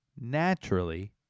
naturally